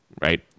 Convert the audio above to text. Right